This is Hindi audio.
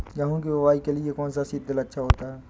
गेहूँ की बुवाई के लिए कौन सा सीद्रिल अच्छा होता है?